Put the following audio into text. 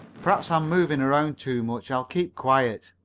perhaps i'm moving around too much. i'll keep quiet.